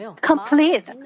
complete